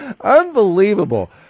Unbelievable